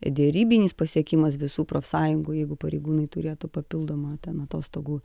derybinis pasiekimas visų profsąjungų jeigu pareigūnai turėtų papildomą ten atostogų